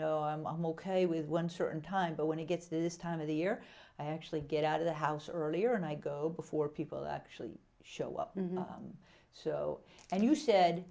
know i'm ok with one certain time but when it gets this time of the year i actually get out of the house earlier and i go before people actually show up and not so and you said